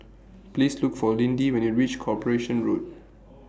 Please Look For Lindy when YOU REACH Corporation Road